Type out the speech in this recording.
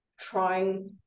trying